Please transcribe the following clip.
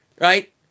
right